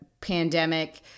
pandemic